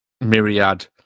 myriad